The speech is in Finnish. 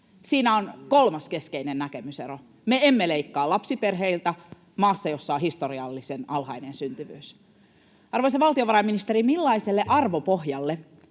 Siinä on kolmas keskeinen näkemysero. Me emme leikkaa lapsiperheiltä maassa, jossa on historiallisen alhainen syntyvyys. Arvoisa valtiovarainministeri, millaiselle arvopohjalle